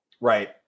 Right